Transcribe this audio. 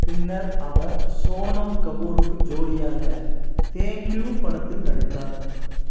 பின்னர் அவர் சோனம் கபூருக்கு ஜோடியாக தேங்க்யூ படத்தில் நடித்தார்